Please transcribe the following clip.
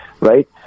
right